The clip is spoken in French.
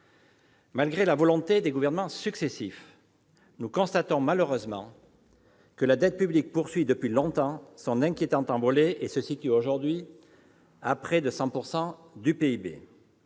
Malgré la volonté des gouvernements successifs, nous constatons malheureusement que la dette publique poursuit depuis longtemps son inquiétante envolée : elle se situe aujourd'hui à près de 100 % du PIB.